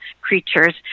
creatures